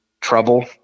trouble